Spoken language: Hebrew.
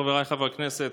חבריי חברי הכנסת,